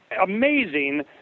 amazing